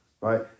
Right